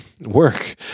work